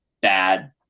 bad